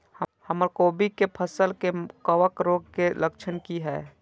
हमर कोबी के फसल में कवक रोग के लक्षण की हय?